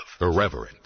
Irreverent